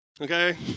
Okay